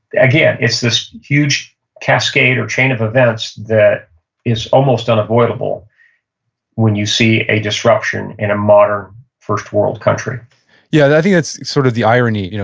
again, it's this huge cascade or chain of events that is almost unavoidable when you see a disruption in a modern first world country yeah. i think that's sort of the irony. you know